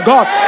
God